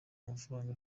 amafaranga